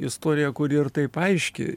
istoriją kuri ir taip aiški